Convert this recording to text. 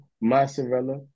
mozzarella